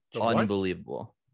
unbelievable